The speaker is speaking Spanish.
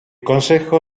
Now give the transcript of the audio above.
concejo